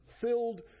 filled